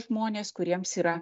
žmonės kuriems yra